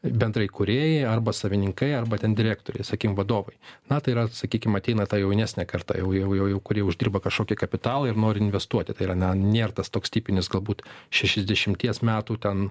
bendrai kūrėjai arba savininkai arba ten direktoriai sakim vadovai na tai yra sakykim ateina ta jaunesnė karta jau jau jau kurie uždirba kažkokį kapitalą ir nori investuoti tai yra na nėr tas toks tipinis galbūt šešiasdešimties metų ten